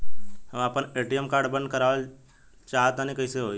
हम आपन ATM card बंद करावल चाह तनि कइसे होई?